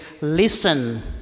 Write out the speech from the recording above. listen